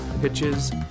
pitches